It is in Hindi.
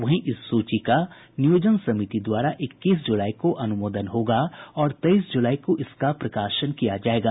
वहीं इस सूची का नियोजन समिति द्वारा इक्कीस जुलाई को अनुमोदन होगा और तेईस ज़लाई को इसका प्रकाशन किया जायेगा